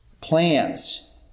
plants